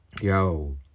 yo